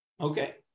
Okay